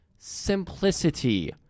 Simplicity